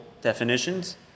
definitions